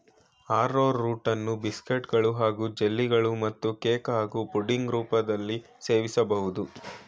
ಆರ್ರೋರೂಟನ್ನು ಬಿಸ್ಕೆಟ್ಗಳು ಹಾಗೂ ಜೆಲ್ಲಿಗಳು ಮತ್ತು ಕೇಕ್ ಹಾಗೂ ಪುಡಿಂಗ್ ರೂಪದಲ್ಲೀ ಸೇವಿಸ್ಬೋದು